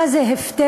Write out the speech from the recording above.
מה זה הפטר?